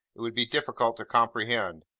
it would be difficult to comprehend.